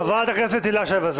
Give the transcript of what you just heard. חברת הכנסת הילה שי וזאן.